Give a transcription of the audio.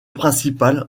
principal